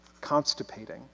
constipating